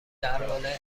درباره